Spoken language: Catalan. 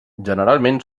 generalment